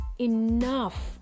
enough